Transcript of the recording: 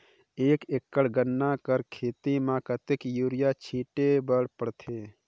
एक एकड़ गन्ना कर खेती म कतेक युरिया छिंटे बर पड़थे?